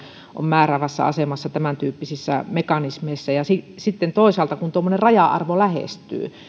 on määräävässä asemassa tämäntyyppisissä mekanismeissa ja sitten toisaalta kun tuommoinen raja arvo lähestyy